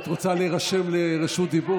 את רוצה להירשם לרשות דיבור,